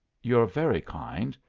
you're very kind.